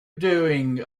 doing